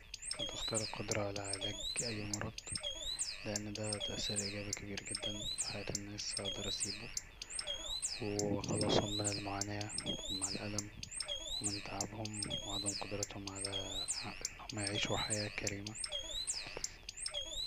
كنت هختار القدرة على علاج اي مرض لأن دا تأثير إيجابي كبير جدا في حياة الناس اقدر اسيبه وأخلصهم من المعاناة والالم ومن تعبهم وعدم قدرتهم على ان هما يعيشو حياة كريمة